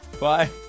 Bye